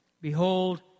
Behold